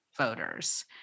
voters